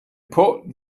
put